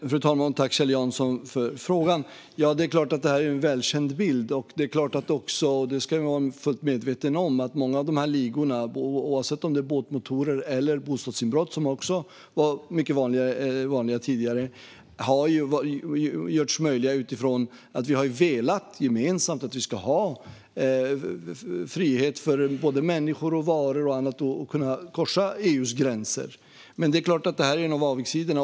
Fru talman! Tack, Kjell Jansson, för frågan! Ja, det är klart att detta är en välkänd bild. Vi ska vara fullt medvetna om att många av de här ligorna, oavsett om det handlar om båtmotorer eller bostadsinbrott, som också var mycket vanliga tidigare, har fått möjligheter utifrån att vi gemensamt har velat att vi ska ha frihet för människor, varor och annat när det gäller att korsa EU:s gränser. Men det är klart att detta är en av avigsidorna.